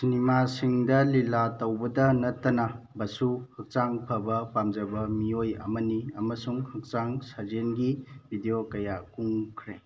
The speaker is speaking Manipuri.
ꯁꯤꯅꯦꯃꯥꯁꯤꯡꯗ ꯂꯤꯂꯥ ꯇꯧꯕꯗ ꯅꯠꯇꯅ ꯕꯁꯨ ꯍꯥꯛꯆꯥꯡ ꯐꯕ ꯄꯥꯝꯖꯕ ꯃꯤꯑꯣꯏ ꯑꯃꯅꯤ ꯑꯃꯁꯨꯡ ꯍꯛꯆꯥꯡ ꯁꯥꯖꯦꯟꯒꯤ ꯕꯤꯗꯤꯑꯣ ꯀꯌꯥ ꯀꯨꯝꯈ꯭ꯔꯦ